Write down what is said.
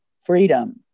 freedom